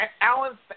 Alan